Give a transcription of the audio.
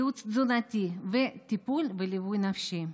ייעוץ תזונתי וטיפול וליווי נפשי.